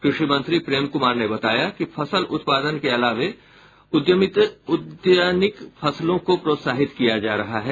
कृषि मंत्री प्रेम कुमार ने बताया कि फसल उत्पादन के अलावे उद्यानिक फसलों को प्रोत्साहित किया जा रहा है